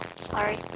sorry